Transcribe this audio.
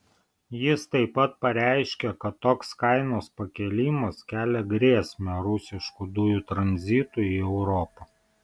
jis taip pat pareiškė kad toks kainos pakėlimas kelia grėsmę rusiškų dujų tranzitui į europą